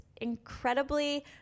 Incredibly